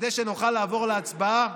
כדי שנוכל לעבור להצבעה.